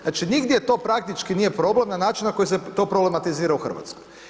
Znači nigdje to praktički nije problem na način na koji se to problematizira u Hrvatskoj.